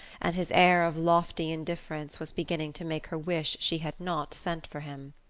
and his air of lofty indifference was beginning to make her wish she had not sent for him.